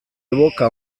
evoca